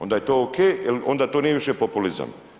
Onda je to ok jer onda to nije više populizam.